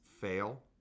fail